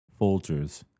folgers